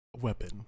weapon